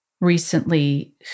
recently